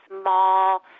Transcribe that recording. small